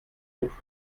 ruf